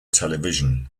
television